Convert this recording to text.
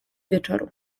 wieczoru